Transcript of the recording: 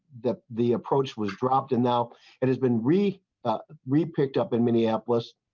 the the approach was dropped and now it has been we we picked up in minneapolis.